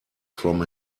from